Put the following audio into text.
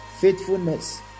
faithfulness